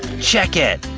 check it!